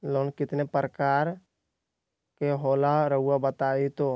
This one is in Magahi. लोन कितने पारकर के होला रऊआ बताई तो?